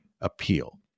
appeal